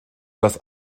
das